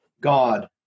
God